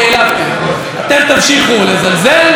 העלבתם: אתם תמשיכו לזלזל,